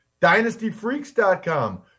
DynastyFreaks.com